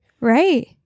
Right